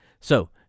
So-